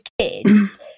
kids